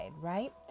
right